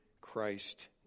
Christ